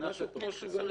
נמשיך.